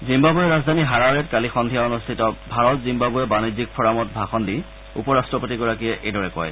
জিম্বাবৱেৰ ৰাজধানী হাৰাৰেত কালি সন্ধিয়া অনুষ্ঠিত ভাৰত জিম্বাবৰে বাণিজ্যিক ফৰামত ভাষণ দি উপ ৰাষ্টপতিগৰাকীয়ে এইদৰে কয়